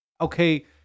okay